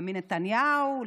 לבנימין נתניהו,